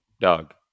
Dog